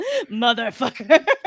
motherfucker